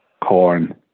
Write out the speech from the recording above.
corn